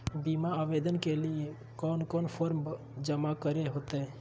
बीमा आवेदन के लिए कोन कोन फॉर्म जमा करें होते